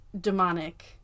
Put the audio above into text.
demonic